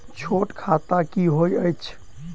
छोट खाता की होइत अछि